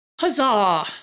huzzah